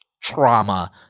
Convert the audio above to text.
trauma